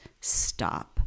stop